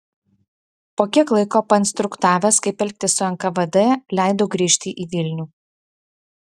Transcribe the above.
po kiek laiko painstruktavęs kaip elgtis su nkvd leido grįžti į vilnių